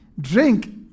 drink